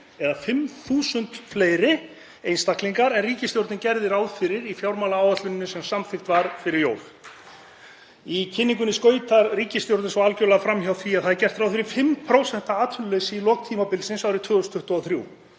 eða 5.000 fleiri einstaklingar en ríkisstjórnin gerði ráð fyrir í fjármálaáætluninni sem samþykkt var fyrir jól. Í kynningunni skautar ríkisstjórnin svo algerlega fram hjá því að gert er ráð fyrir 5% atvinnuleysi í lok tímabilsins árið 2023.